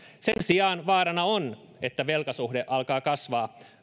sen sijaan vaarana on että velkasuhde alkaa kasvaa